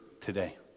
today